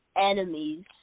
enemies